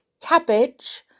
cabbage